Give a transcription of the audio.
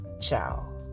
Ciao